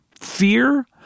fear